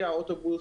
האוטובוס,